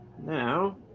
now